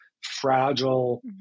fragile